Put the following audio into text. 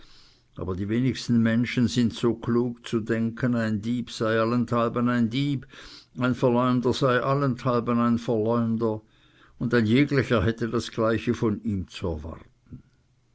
aber die wenigsten menschen sind so klug zu denken ein dieb sei allenthalben ein dieb ein verleumder sei überall ein verleumder und ein jeglicher hätte das gleiche von ihm zu erwarten